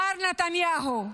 מר נתניהו,